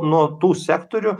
nuo tų sektorių